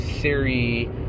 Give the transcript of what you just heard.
Siri